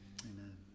Amen